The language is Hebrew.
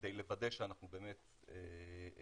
כדי לוודא שאנחנו באמת בכיוון.